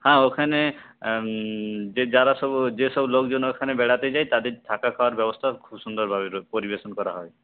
হ্যাঁ ওখানে যে যারা সব যেসব লোকজন ওইখানে বেড়াতে যায় তাদের থাকা খাওয়ার ব্যবস্থা খুব সুন্দরভাবে পরিবেশন করা হয়